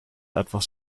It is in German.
etwas